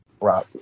Right